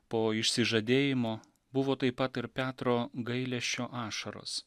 po išsižadėjimo buvo taip pat ir petro gailesčio ašaros